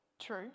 true